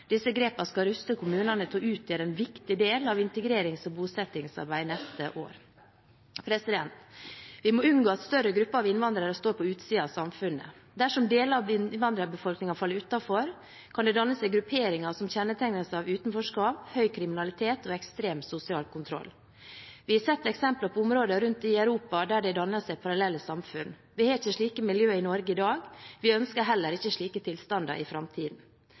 Disse grepene skal ruste kommunene til å utgjøre en viktig del av integrerings- og bosettingsarbeidet neste år. Vi må unngå at større grupper av innvandrere står på utsiden av samfunnet. Dersom deler av innvandrerbefolkningen faller utenfor, kan det danne seg grupperinger som kjennetegnes av utenforskap, høy kriminalitet og ekstrem sosial kontroll. Vi har sett eksempler på områder rundt i Europa der det danner seg parallelle samfunn. Vi har ikke slike miljø i Norge i dag, og vi ønsker heller ikke slike tilstander i framtiden.